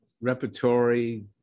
repertory